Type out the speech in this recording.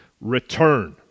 return